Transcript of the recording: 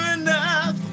enough